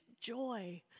joy